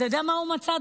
אתה יודע מה הוא מצא,